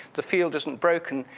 the field isn't broken,